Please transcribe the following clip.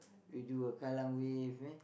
we do a Kallang-Wave eh